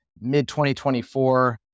Mid-2024